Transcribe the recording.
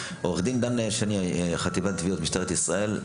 עו"ד דן שני, חטיבת תביעות ממשטרת ישראל.